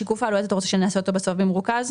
את שיקוף העלויות אתה רוצה שנעשה בסוף במרוכז?